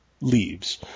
leaves